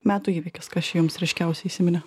metų įvykis kas čia jums ryškiausiai įsiminė